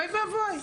אוי ואבוי,